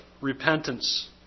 repentance